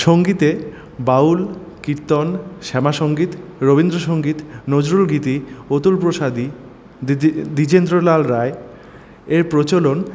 সংগীতে বাউল কীর্তন শ্যামা সংগীত রবীন্দ্র সংগীত নজরুলগীতি অতুলপ্রসাদী দ্বিজ দ্বিজেন্দ্রলাল রায় এর প্রচলন